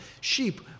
Sheep